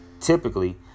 Typically